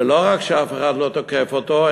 ולא רק שאף אחד לא תוקף אותו,